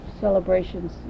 celebrations